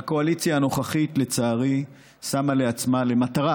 והקואליציה הנוכחית, לצערי, שמה לעצמה מטרה